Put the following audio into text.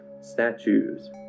statues